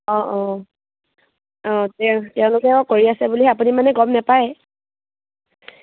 অঁ অঁ অঁ তেওঁ তেওঁলোকেও কৰি আছে বুলি আপুনি মানে গম নাপায়